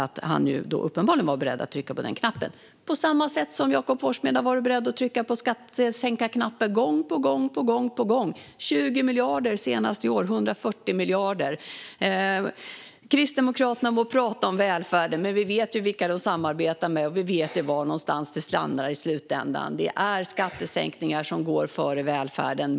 Han var ju uppenbarligen beredd att trycka på den knappen - på samma sätt som Jakob Forssmed har varit beredd att trycka på skattesänkarknappen gång på gång: 20 miljarder senast i år och 140 miljarder tidigare. Kristdemokraterna må tala om välfärden, men vi vet ju vilka de samarbetar med och var det landar i slutänden. Skattesänkningar går före välfärd varje gång.